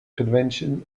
convention